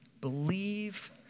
believe